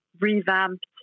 revamped